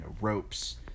ropes